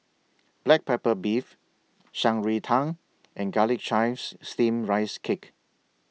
Black Pepper Beef Shan Rui Tang and Garlic Chives Steamed Rice Cake